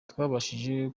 twabashije